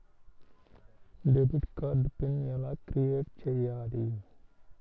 Debit card pin ఎలా create చెయ్యాలి?